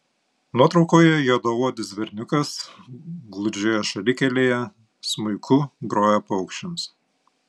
nuotraukoje juodaodis berniukas gludžioje šalikelėje smuiku groja paukščiams